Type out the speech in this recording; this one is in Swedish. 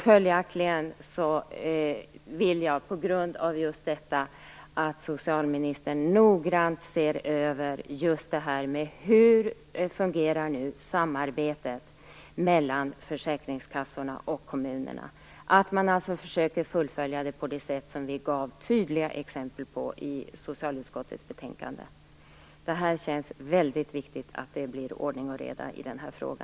Följaktligen vill jag att socialministern noggrant ser över hur samarbetet mellan försäkringskassorna och kommunerna fungerar och att man försöker fullfölja det på det sätt som vi gav tydliga exempel på i socialutskottets betänkande. Det är väldigt viktigt att det blir ordning och reda i denna fråga.